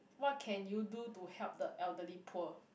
what can you do to help the elderly poor